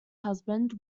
husband